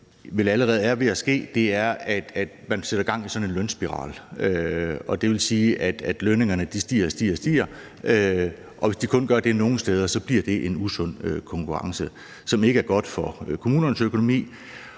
at ske; man sætter gang i sådan en lønspiral, og det vil sige, at lønningerne stiger og stiger. Og hvis de kun gør det nogle steder, bliver det en usund konkurrence, som ikke er godt for kommunernes økonomi,